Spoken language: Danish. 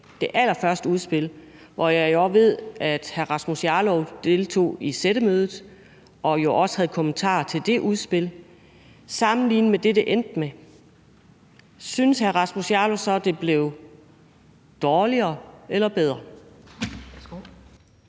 det allerførste udspil – hvor jeg jo også ved at hr. Rasmus Jarlov deltog i sættemødet og havde kommentarer til det udspil. Sammenlignet med det, det endte med, synes hr. Rasmus Jarlov så, at det blev dårligere eller bedre?